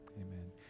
Amen